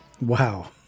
Wow